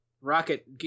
Rocket